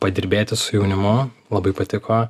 padirbėti su jaunimu labai patiko